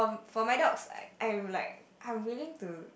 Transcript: for my dogs I would like I'm willing to